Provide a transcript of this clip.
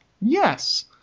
yes